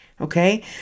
Okay